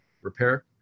repair